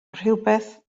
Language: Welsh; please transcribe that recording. rhywbeth